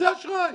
זה אשראי.